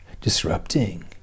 disrupting